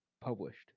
published